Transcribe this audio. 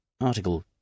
Article